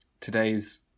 today's